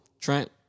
Trent